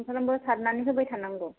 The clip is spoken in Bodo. सामफ्रोमबो सारनानै होबाय थानांगौ